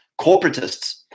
corporatists